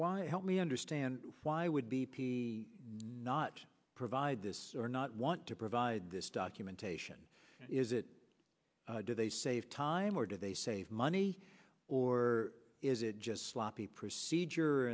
why help me understand why would be not provide this or not want to provide this documentation is it did they save time or did they save money or is it just sloppy procedure